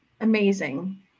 amazing